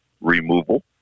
Removal